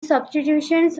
substitutions